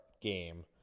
Game